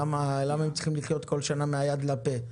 למה הם צריכים לחיות כל שנה מהיד לפה?